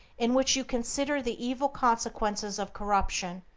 in which you consider the evil consequences of corruption,